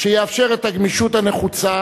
שיאפשר את הגמישות הנחוצה,